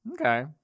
Okay